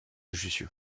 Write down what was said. jussieu